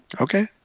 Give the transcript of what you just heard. Okay